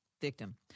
victim